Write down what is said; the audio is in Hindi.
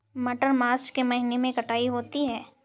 मटर मार्च के महीने कटाई होती है?